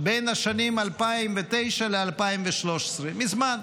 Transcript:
בין השנים 2009 ל-2013, מזמן.